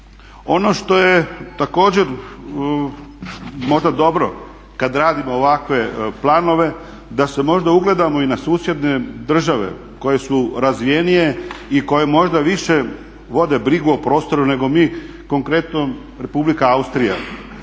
Ono što je također možda dobro kada radimo ovakve planove da se možda ugledamo i na susjedne države koje su razvijenije i koje možda više vode brigu o prostoru nego mi, konkretno Republika Austrija,